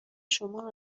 شما